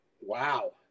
Wow